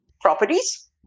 properties